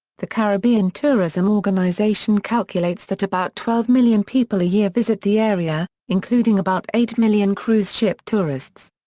the caribbean tourism organization calculates that about twelve million people a year visit the area, including about eight million cruise ship tourists.